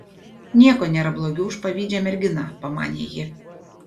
nieko nėra blogiau už pavydžią merginą pamanė ji